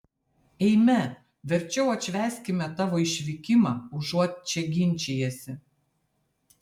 eime verčiau atšvęskime tavo išvykimą užuot čia ginčijęsi